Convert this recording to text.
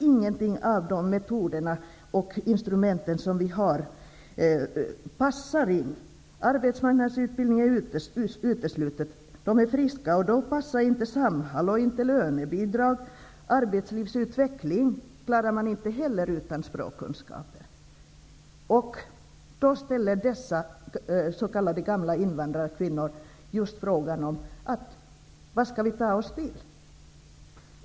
Ingen av de metoder och inget av de instrument som står till förfogande passar nämligen in på dessa. Arbetsmarknadsutbildning är det uteslutet att få. De här människorna är ju friska. Inte heller passar Samhall eller lönebidrag. Inte heller arbetslivsutvecklingen klarar man utan språkkunskaper. Just dessa s.k. gamla invandrarkvinnor nu frågan: Vad skall vi ta oss till?